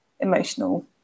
Emotional